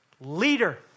leader